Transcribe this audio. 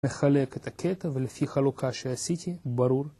מחלק את הקטע ולפי חלוקה שעשיתי, ברור.